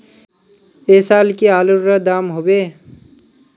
ऐ साल की आलूर र दाम होबे?